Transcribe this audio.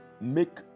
make